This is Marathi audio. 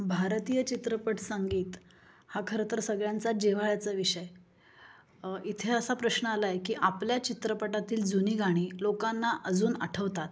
भारतीय चित्रपट संगीत हा खरं तर सगळ्यांचा जिव्हाळ्याचा विषय इथे असा प्रश्न आला आहे की आपल्या चित्रपटातील जुनी गाणी लोकांना अजून आठवतात